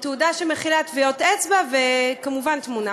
בתעודה שמכילה טביעות אצבע וכמובן תמונה,